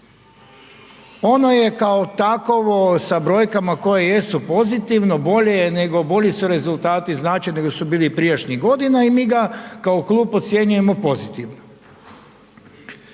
Ono je kao takovo, sa brojkama koje jesu pozitivno, bolje je nego, bolji su rezultati znači nego su bili prijašnjih godina i mi ga kao klub ocjenjujemo pozitivno.